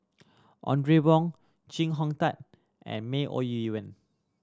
Audrey Wong Chee Hong Tat and May Ooi Yun